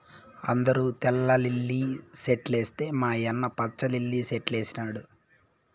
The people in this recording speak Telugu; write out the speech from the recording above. అందరూ తెల్ల లిల్లీ సెట్లేస్తే మా యన్న పచ్చ లిల్లి సెట్లేసినాడు